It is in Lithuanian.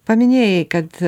paminėjai kad